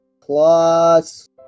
plus